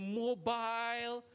mobile